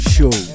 Show